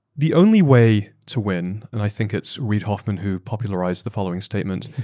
the only way to win, and i think it's reid hoffman who popularized the following statement,